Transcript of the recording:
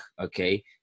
okay